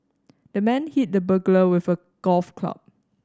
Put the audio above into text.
the man hit the burglar with a golf club